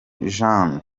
jenner